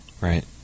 Right